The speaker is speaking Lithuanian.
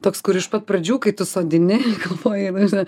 toks kur iš pat pradžių kai tu sodini galvoji žinai